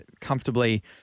comfortably